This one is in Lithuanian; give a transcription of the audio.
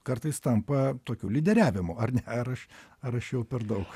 kartais tampa tokiu lyderiavimu ar ne ar aš ar aš jau per daug